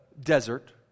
desert